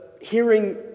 hearing